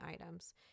items